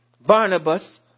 Barnabas